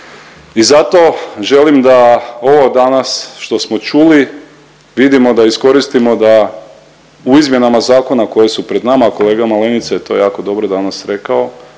I zato želim da ovo danas što smo čuli vidimo da iskoristimo da u izmjenama zakona koje su pred nama, kolega Malenica je to jako dobro danas rekao,